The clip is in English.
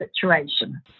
situation